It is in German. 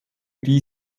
die